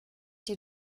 die